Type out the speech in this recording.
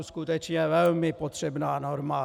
Skutečně velmi potřebná norma.